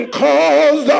cause